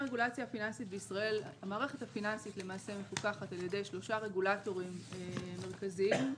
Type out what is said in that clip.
המערכת הפיננסית מפוקחת על ידי שלושה רגולטורים מרכזיים,